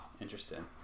interesting